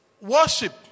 Worship